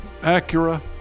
Acura